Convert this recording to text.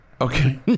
Okay